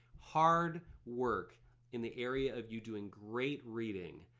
hard work in the area of you doing great reading,